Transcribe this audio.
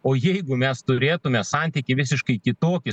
o jeigu mes turėtume santykį visiškai kitokį